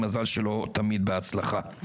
מזל שלא תמיד בהצלחה.